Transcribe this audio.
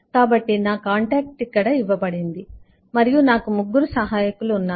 కాబట్టి నా కాంటాక్ట్ ఇక్కడ ఇవ్వబడింది మరియు నాకు ముగ్గురు సహాయకులు ఉన్నారు